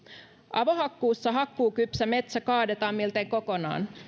avohakkuussa hakkuukypsä metsä kaadetaan miltei kokonaan